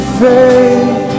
faith